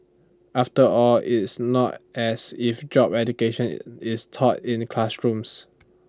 after all it's not as if job education is taught in classrooms